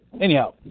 Anyhow